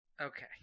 okay